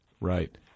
Right